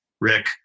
Rick